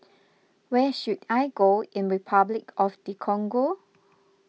where should I go in Repuclic of the Congo